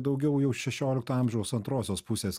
daugiau jau šešiolikto amžiaus antrosios pusės